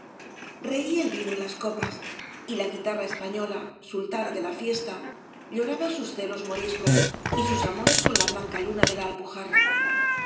reía el vino en las copas y la guitarra española sultana de la fiesta lloraba sus celos moriscos y sus amores con la blanca luna de la alpujarra